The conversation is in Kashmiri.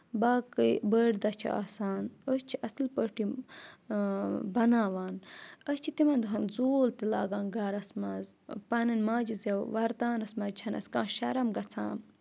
باقٕے بٔڑۍ دۄہ چھِ آسان أسۍ چھِ اَصٕل پٲٹھۍ یِم بَناوان أسۍ چھِ تِمَن دۄہَن زوٗل تہِ لاگان گَرَس منٛز پَنٕنۍ ماجہِ زؠو وَرتاونَس منٛز چھےٚ نہٕ اَسہِ کانٛہہ شَرَم گَژھان